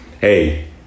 hey